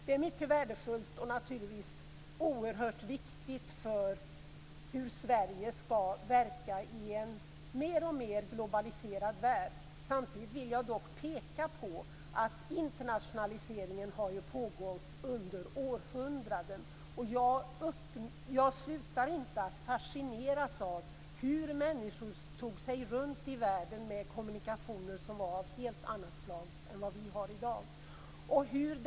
Det är mycket värdefullt och naturligtvis oerhört viktigt för hur Sverige ska verka i en alltmer globaliserad värld. Samtidigt vill jag dock peka på att internationaliseringen har pågått under århundraden. Jag slutar inte att fascineras av hur människor tog sig runt i världen med kommunikationer som var av helt annat slag än vad vi har i dag.